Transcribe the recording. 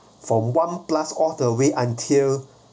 from one plus all the way until